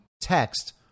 text